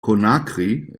conakry